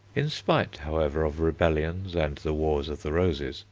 in spite, however, of rebellions and the wars of the roses,